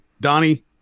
Donnie